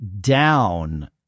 down